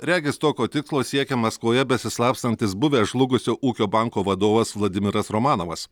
regis tokio tikslo siekia maskvoje besislapstantis buvęs žlugusio ūkio banko vadovas vladimiras romanovas